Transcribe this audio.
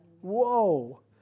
Whoa